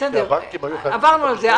כי הבנקים היו חייבים --- עברנו על זה.